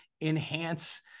enhance